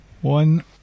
One